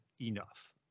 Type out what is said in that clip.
enough